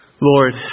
Lord